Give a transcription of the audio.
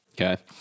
Okay